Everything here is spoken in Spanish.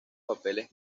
papeles